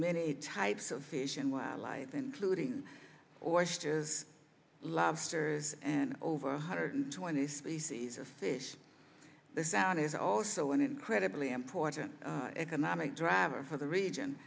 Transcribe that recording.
many types of fish and wildlife including oysters lobsters and over a hundred twenty species of fish the sound is also an incredibly important economic driver for the region